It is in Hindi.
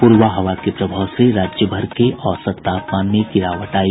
पूरबा हवा के प्रभाव से राज्यभर के औसत तापमान में गिरावट आई